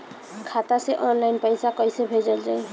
खाता से ऑनलाइन पैसा कईसे भेजल जाई?